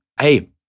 hey